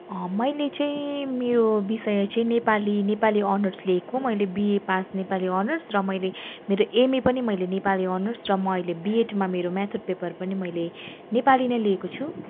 मैले चाहिँ मेरो विषय चाहिँ नेपाली नेपाली अनर्स लिएको मैले बिए पास नेपाली अनर्स र मैले मेरो एमए पनि मैले नेपाली अनर्स र म अहिले बिएडमा मेरो मेथोड पेपर पनि मैले नेपाली नै लिएको छु